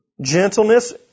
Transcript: gentleness